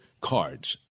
Cards